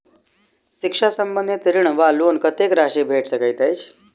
शिक्षा संबंधित ऋण वा लोन कत्तेक राशि भेट सकैत अछि?